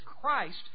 Christ